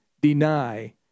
deny